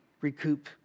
recoup